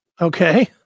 okay